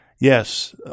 Yes